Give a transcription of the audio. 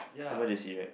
n_y j_c right